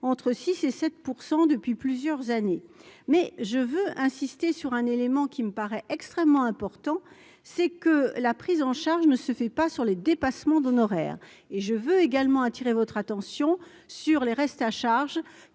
de 6 % à 7 % depuis plusieurs années. Mais je veux insister sur un élément qui me paraît extrêmement important : la prise en charge ne se fait pas sur les dépassements d'honoraires. Et j'attire votre attention, notamment, sur les restes à charge